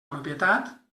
propietat